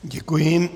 Děkuji.